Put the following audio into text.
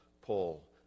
Paul